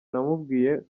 namubwiye